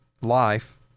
life